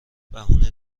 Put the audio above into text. بهونه